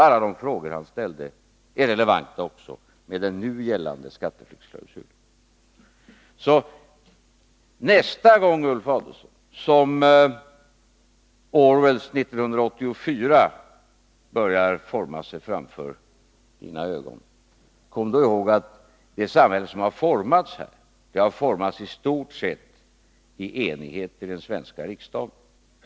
Alla de frågor han ställde är relevanta också för den nu gällande skatteflyktsklausulen. Nästa gång Orwells 1984 börjar ta form framför era ögon, Ulf Adelsohn, kom då ihåg att det samhälle som här har formats i stort sett har formats i enighet i den svenska riksdagen.